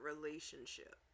relationship